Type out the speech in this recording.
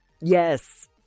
Yes